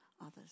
others